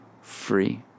free